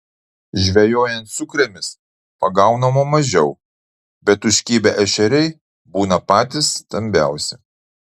žvejojant sukrėmis pagaunama mažiau bet užkibę ešeriai būna patys stambiausi